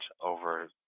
over